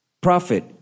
Prophet